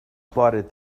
plodded